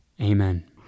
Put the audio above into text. Amen